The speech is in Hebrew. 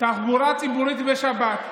תחבורה ציבורית בשבת.